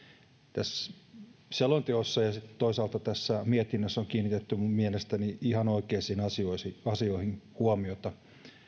tässä selonteossa ja sitten toisaalta tässä mietinnössä on kiinnitetty minun mielestäni ihan oikeisiin asioihin asioihin huomiota